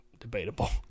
debatable